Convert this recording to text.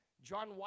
John